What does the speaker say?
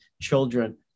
children